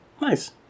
Nice